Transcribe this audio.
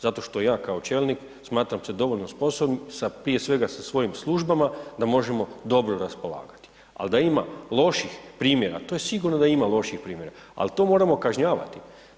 Zato što ja kao čelnik smatram se dovoljno sposobnim, prije svega sa svojim službama da možemo dobro raspolagati, ali da ima loših primjera to je sigurno da ima loših primjera, ali to moramo kažnjavati.